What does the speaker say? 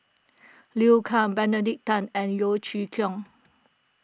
Liu Kang Benedict Tan and Yeo Chee Kiong